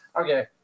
Okay